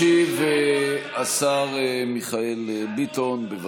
ישיב השר מיכאל ביטון, בבקשה.